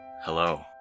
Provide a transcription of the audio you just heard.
Hello